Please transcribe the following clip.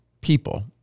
people